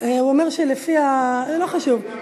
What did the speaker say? אין מתנגדים.